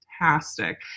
fantastic